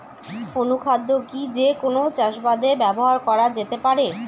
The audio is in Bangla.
অনুখাদ্য কি যে কোন চাষাবাদে ব্যবহার করা যেতে পারে?